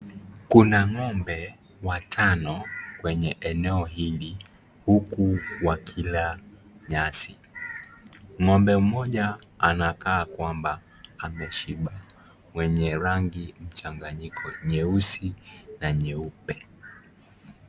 Kuna ng'ombe watano kwenye eneo hili, huku wakila nyasi. Ng'ombe mmoja anakaa kwamba ameshiba, mwenye rangi mchanganyiko, nyeusi na nyeupe.